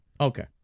Okay